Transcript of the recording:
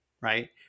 right